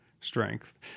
strength